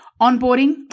onboarding